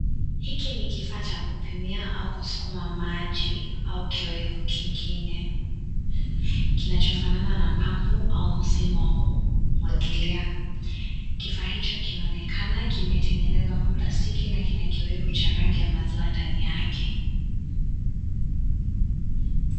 Hiki ni kifaa cha kupimia au kusukuma maji au kioyo kingine kinachofanana na pampu au msimu wa kuzimwagilia. Kifaa hicho kinaonekana kimetengenezwa kwa plastiki na kina kioo cha rangi ya maziwa ndani yake.